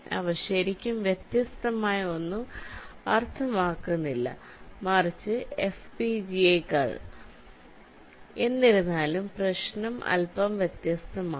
അവ ശരിക്കും വ്യത്യസ്തമായ ഒന്നും അർത്ഥമാക്കുന്നില്ല മറിച്ച് FPGA കൾക്കാണ് എന്നിരുന്നാലും പ്രശ്നം അല്പം വ്യത്യസ്തമാണ്